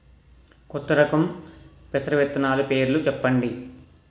కొత్త రకం పెసర విత్తనాలు పేర్లు చెప్పండి?